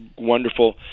wonderful